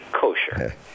kosher